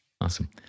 Awesome